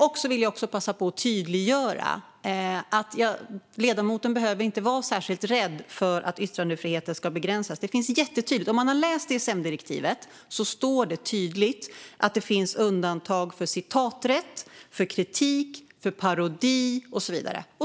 Sedan vill jag passa på att tydliggöra att ledamoten inte behöver vara särskilt rädd för att yttrandefriheten ska begränsas. Det framgår mycket tydligt. Om man har läst DSM-direktivet ser man att det tydligt står att det finns undantag för citaträtt, för kritik, för parodi och så vidare.